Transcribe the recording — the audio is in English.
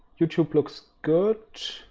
youtube looks good.